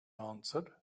answered